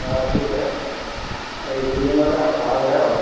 অঁ ঠিকে আছে আৰু ইভিনিঙলৈ আৰু ভালহে হয়